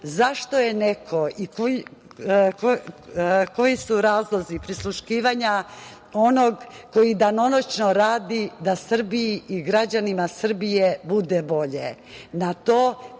Zašto je neko i koji su razlozi prisluškivanja onog koji danonoćno radi da Srbiji i građanima Srbije bude bolje? Na to